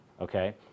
okay